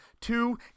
two